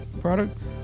product